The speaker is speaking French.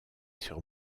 sur